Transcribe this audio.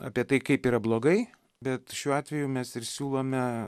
apie tai kaip yra blogai bet šiuo atveju mes ir siūlome